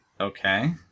Okay